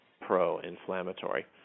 pro-inflammatory